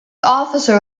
officer